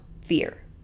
fear